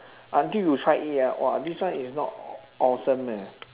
until you try it ah !wah! this one is not awesome eh